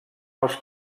els